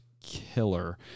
killer